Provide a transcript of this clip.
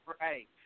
Right